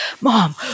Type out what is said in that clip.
Mom